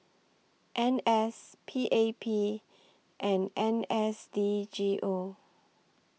N S P A P and N S D G O